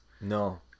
no